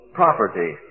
property